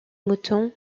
moutons